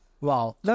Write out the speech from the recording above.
Wow